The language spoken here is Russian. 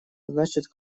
значит